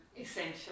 essential